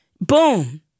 Boom